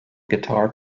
guitar